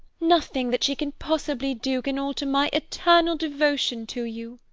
nothing that she can possibly do can alter my eternal devotion to you.